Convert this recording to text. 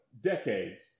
decades